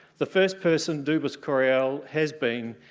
the first person, dubis correal has been